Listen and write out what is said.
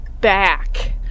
back